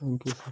thank you sir